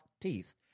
teeth